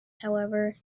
however